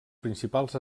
principals